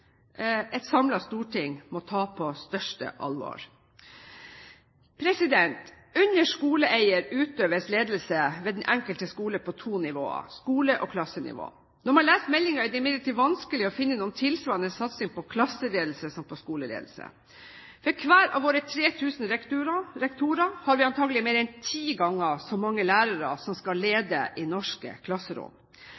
et samlet storting må ta på største alvor. Under skoleeier utøves ledelse ved den enkelte skole på to nivåer – skolenivå og klassenivå. Når man leser meldingen, er det imidlertid vanskelig å finne tilsvarende satsing på klasseledelse som på skoleledelse. For hver av våre 3 000 rektorer har vi antagelig mer enn ti ganger så mange lærere, som skal